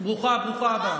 ברוכה הבאה.